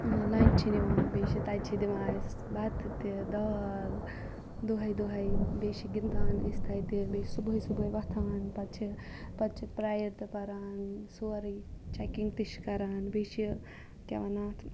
lunch چھِ نِوان بیٚیہِ تَتہِ چھِ دِوان اَسہِ بَتہٕ تہٕ دال دۄہٕے دۄہٕے بیٚیہِ چھِ گِنٛدان أسۍ تَتہِ بیٚیہِ چھِ صبحٲے صُبحٲے وۄتھان پَتہٕ چھِ پَتہٕ چھِ پریَر تہِ پَران سورُے چَکِنٛگ تہٕ چھِ کَران بیٚیہِ چھِ کیاہ وَنان اَتھ